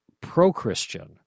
pro-Christian